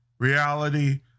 reality